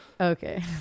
Okay